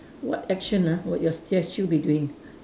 what action ah would your statue be doing